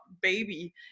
baby